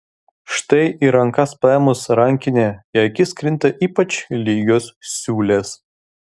štai į rankas paėmus rankinę į akis krinta ypač lygios siūlės